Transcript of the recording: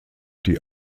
die